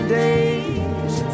days